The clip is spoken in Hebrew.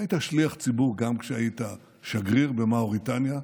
היית שליח ציבור גם כשהיית שגריר במאוריטניה,